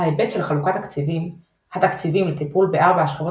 ההיבט של חלוקת התקציבים לטיפול בארבע השכבות